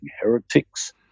heretics